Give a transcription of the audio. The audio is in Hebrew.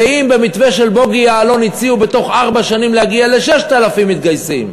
ואם במתווה של בוגי יעלון הציעו בתוך ארבע שנים להגיע ל-6,000 מתגייסים,